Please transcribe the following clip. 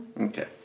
Okay